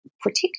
protect